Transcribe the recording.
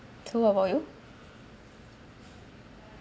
to avoid oh